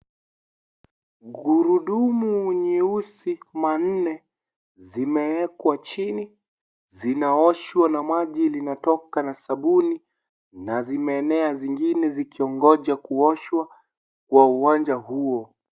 Gurudumu nyeusi manne zimewekwa chini. zinaoshwa na maji linatoka na sabuni na zimeene zingine zikingoja kuoshwa kwa uwanja huo.